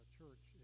church